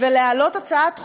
ולהעלות הצעת חוק,